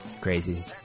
Crazy